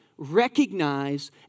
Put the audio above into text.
recognize